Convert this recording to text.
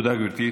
תודה, גברתי.